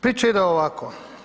Priča ide ovako.